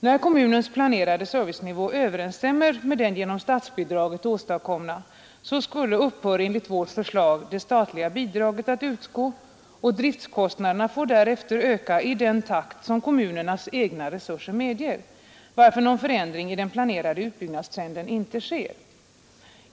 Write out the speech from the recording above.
När kommunens planerade servicenivå överensstämmer med den genom statsbidraget åstadkomna upphör enligt vårt förslag det statliga bidraget att utgå, och driftkostnaderna får därefter öka i den takt som kommunernas egna resurser medger, varför någon förändring i den planerade utbyggnadstrenden inte sker.